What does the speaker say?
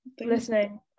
listening